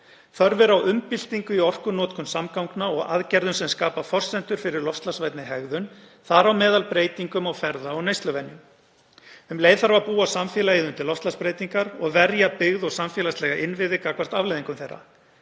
Þörf er á umbyltingu í orkunotkun samgangna og aðgerðum sem skapa forsendur fyrir loftslagsvænni hegðun, þar á meðal breytingum á ferða- og neysluvenjum. Um leið þarf að búa samfélagið undir loftslagsbreytingar og verja byggð og samfélagslega innviði gagnvart afleiðingum þeirra.